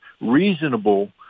reasonable